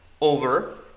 over